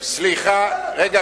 אנחנו לא,